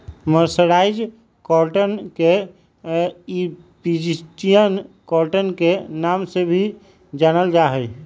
mercerised cotton के Egyptian cotton के नाम से भी जानल जा हई